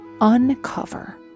uncover